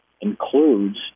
includes